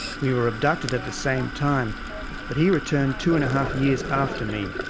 we were abducted at the same time but he returned two and a half years after me.